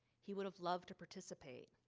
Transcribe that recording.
he would have loved to participate.